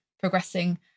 progressing